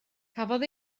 cafodd